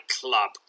club